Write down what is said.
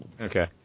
Okay